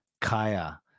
Kaya